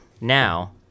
now